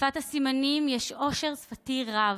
לשפת הסימנים יש עושר שפתי רב.